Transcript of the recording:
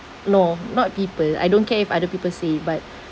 no not people I don't care if other people say but